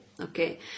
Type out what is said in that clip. okay